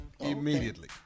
Immediately